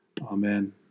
Amen